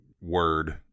word